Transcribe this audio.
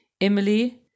Emily